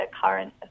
current